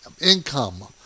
income